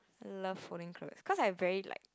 love folding clothes cause I very like